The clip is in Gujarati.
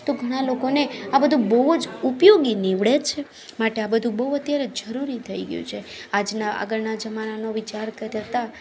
તો ઘણા લોકોને આ બધુ બહુ જ ઉપયોગી નીવડે છે માટે આ બધુ બહુ અત્યારે જરૂરી થઈ ગયું છે આજના આગળના જમાનો વિચાર કરતાં